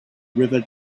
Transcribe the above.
river